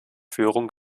führung